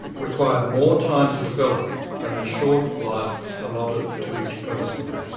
required more time to develop than the short life allotted to each person.